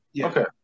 Okay